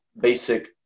basic